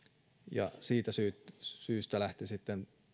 ja siitä syystä lähti sitten